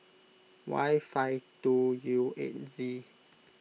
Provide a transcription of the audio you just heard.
Y five two U eight Z